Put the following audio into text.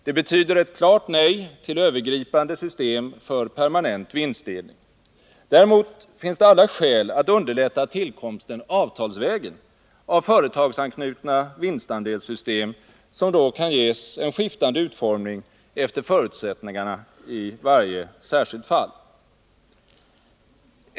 Det betyder ett klart nej till övergripande system för permanent vinstdelning. Däremot finns det alla skäl att underlätta tillkomsten avtalsvägen av företagsanknutna vinstandelssystem, som då kan ges en skiftande utformning efter förutsättningarna i varje särskilt fall.